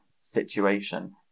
situation